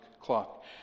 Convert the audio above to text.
clock